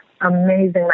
amazing